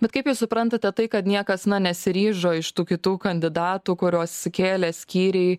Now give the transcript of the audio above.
bet kaip jūs suprantate tai kad niekas nesiryžo iš tų kitų kandidatų kuriuos sukėlė skyriai